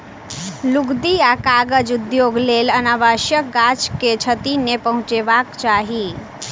लुगदी आ कागज उद्योगक लेल अनावश्यक गाछ के क्षति नै पहुँचयबाक चाही